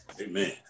Amen